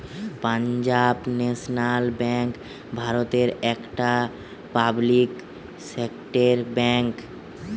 Punjab national bank ভারতের একটি public sector bank